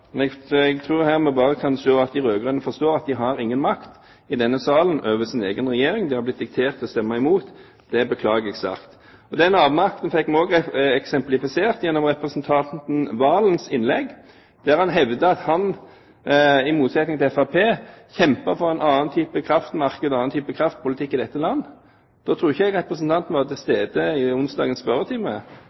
Men i media har de samme representantene og flere til vært svært aktive i å komme med alle mulige krav. Jeg tror at vi her bare kan se at de rød-grønne forstår at de har ingen makt i denne salen over sin egen regjering, de har blitt diktert til å stemme imot – det beklager jeg sterkt. Den avmakten fikk vi også eksemplifisert gjennom representanten Serigstad Valens innlegg, der han hevdet at han, i motsetning til Fremskrittspartiet, kjemper for en annen type kraftmarked og en annen type kraftpolitikk i dette land. Da tror